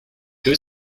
que